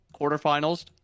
quarterfinals